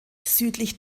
südlich